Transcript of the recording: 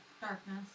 darkness